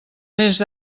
més